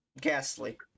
Ghastly